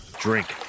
drink